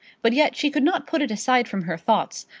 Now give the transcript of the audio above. but yet she could not put it aside from her thoughts,